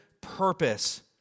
purpose